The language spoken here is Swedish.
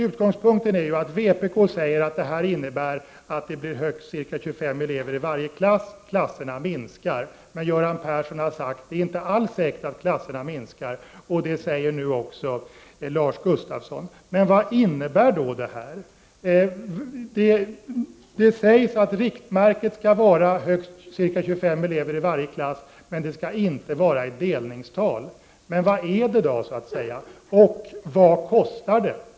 Utgångspunkten är ju att vpk säger att detta innebär att det blir högst ca 25 elever i varje klass, klasserna minskar. Göran Persson säger däremot att det inte alls är säkert att klasserna minskar, och det säger nu också Lars Gustafsson. Men vad innebär då det här? Det sägs att riktmärket skall vara högst ca 25 elever i varje klass, men det skall inte vara något delningstal. Vad är det då? Och vad kostar det?